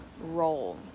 role